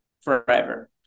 forever